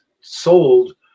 sold